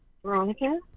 Veronica